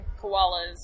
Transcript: koalas